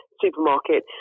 supermarket